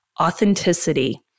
authenticity